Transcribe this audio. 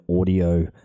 audio